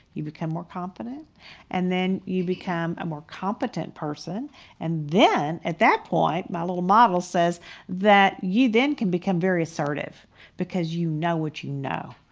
you become more confident and then you become a more competent person and then, at that point, my little model says that you then can become very assertive because you know what you know.